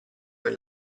per